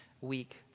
week